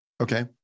Okay